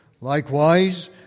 Likewise